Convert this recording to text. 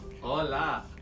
Hola